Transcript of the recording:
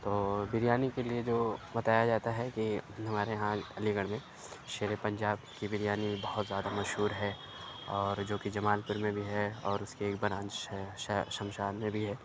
تو بریانی کے لیے جو بتایا جاتا ہے کہ ہمارے یہاں علی گڑھ میں شیرے پنجاب کی بریانی بہت زیادہ مشہور ہے اور جو کہ جمال پور میں بھی ہے اور اُس کی ایک برانچ ہے شمشاد میں بھی ہے